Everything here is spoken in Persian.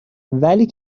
ولی